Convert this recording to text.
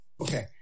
Okay